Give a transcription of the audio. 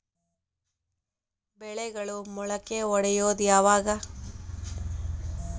ಬೆಳೆಗಳು ಮೊಳಕೆ ಒಡಿಯೋದ್ ಯಾವಾಗ್?